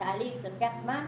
לפעמים זה לוקח זמן,